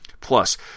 Plus